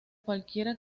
cualquiera